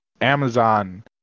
Amazon